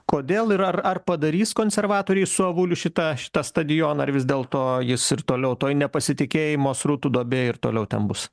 kodėl ir ar ar padarys konservatoriai su avuliu šitą šitą stadioną ar vis dėlto jis ir toliau toj nepasitikėjimo srutų duobėj ir toliau ten bus